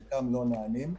חלקם לא נענים.